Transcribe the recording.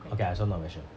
okay I also not very sure